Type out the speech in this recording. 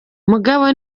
mugabo